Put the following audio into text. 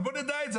אבל בוא נדע את זה.